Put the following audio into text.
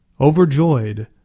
Overjoyed